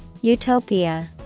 Utopia